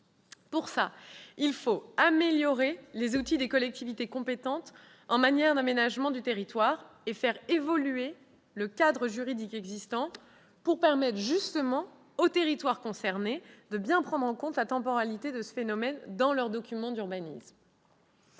fin, il faut améliorer les outils des collectivités compétentes en matière d'aménagement du territoire et faire évoluer le cadre juridique existant pour permettre aux territoires concernés de bien prendre en compte la temporalité de ce phénomène dans leurs documents d'urbanisme.